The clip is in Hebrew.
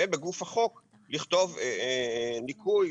ובגוף החוק לכתוב ניכוי,